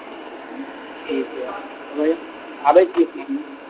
ठीक छै आबै छिऐ शाममे